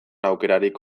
aukerarik